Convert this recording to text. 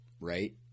right